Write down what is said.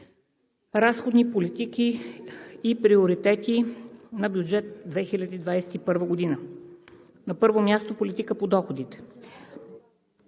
Разходни политики и приоритети на бюджет 2021 г. На първо място – Политика по доходите